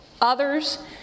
others